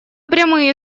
прямые